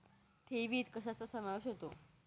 ठेवीत कशाचा समावेश होतो?